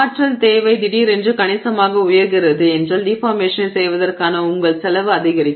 ஆற்றல் தேவை திடீரென்று கணிசமாக உயர்கிறது என்றால் டிஃபார்மேஷனைச் செய்வதற்கான உங்கள் செலவு அதிகரிக்கும்